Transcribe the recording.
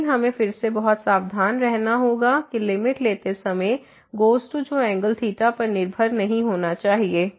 लेकिन हमें फिर से बहुत सावधान रहना होगा कि लिमिट लेते समय गोज़ टू जो एंगल ϴ angle ϴ पर निर्भर नहीं होना चाहिए